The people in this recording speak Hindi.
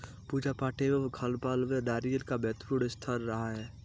पूजा पाठ एवं खानपान में नारियल का महत्वपूर्ण स्थान रहा है